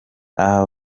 aha